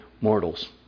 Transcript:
mortals